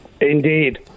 Indeed